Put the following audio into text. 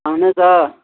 اہن حظ آ